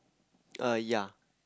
err ya